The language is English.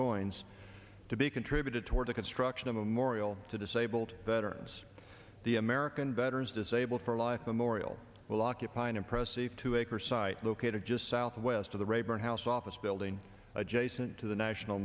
coins to be contributed toward the construction a memorial to disabled veterans the american veterans disabled for life memorial will occupy an impressive two acre site located just southwest of the rayburn house office building adjacent to the national